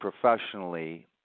professionally